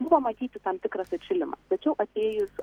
buvo matyti tam tikras atšilimas tačiau atėjus